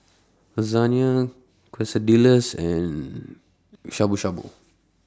Lasagne Quesadillas and Shabu Shabu